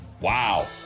Wow